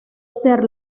ser